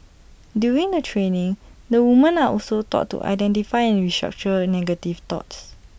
during the training the women are also taught to identify and restructure negative thoughts